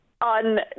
on